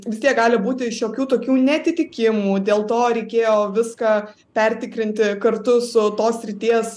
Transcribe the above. vis tiek gali būti šiokių tokių neatitikimų dėl to reikėjo viską pertikrinti kartu su tos srities